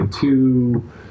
two